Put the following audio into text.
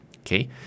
okay